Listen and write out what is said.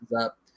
up